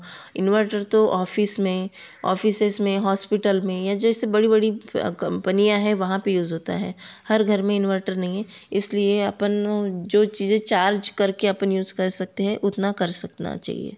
inverter तो office में offices में हॉस्पिटल में या जैसे बड़ी बड़ी कंपनियाँ है वहाँ पर यूज़ होता है हर घर में इंवर्टर नहीं इसलिए अपन जो चीज़ें चार्ज करके अपन यूज़ कर सकते हैं उतना कर सकना चाहिए